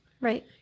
Right